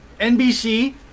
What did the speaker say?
NBC